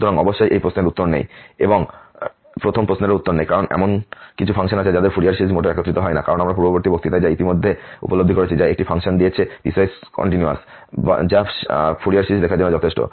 সুতরাং অবশ্যই এই প্রশ্নের উত্তর নেই এবং প্রথম প্রশ্নেরও উত্তর নেই কারণ এমন কিছু ফাংশন আছে যাদের ফুরিয়ার সিরিজ মোটেও একত্রিত হয় না কারণ আমরা পূর্ববর্তী বক্তৃতায় যা ইতিমধ্যে উপলব্ধি করেছি যা একটি ফাংশন দিয়েছে পিসওয়াইস মসৃণ যা ফুরিয়ার সিরিজ লেখার জন্য যথেষ্ট